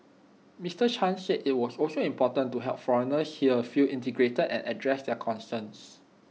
Mister chan said IT was also important to help foreigners here feel integrated and address their concerns